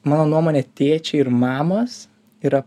mano nuomone tėčiai ir mamos yra